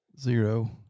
Zero